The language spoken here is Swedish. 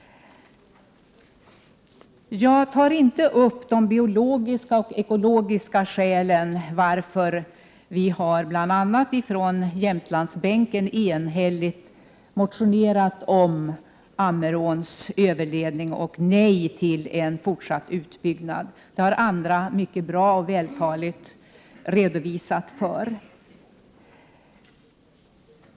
Jag tar inte upp de biologiska och ekologiska skälen till att vi bl.a. från Jämtlandsbänken enhälligt har motionerat om Ammeråns överledning och sagt nej till en fortsatt utbyggnad — detta har andra mycket bra och vältaligt redogjort för.